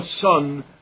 Son